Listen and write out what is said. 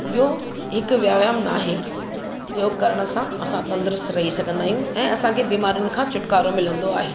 योग हिकु व्यायाम नाहे योग करण सां असां तंदुरुस्त रही सघंदा आहियूं ऐं असांखे बीमारिनि खां छुटकारो मिलंदो आहे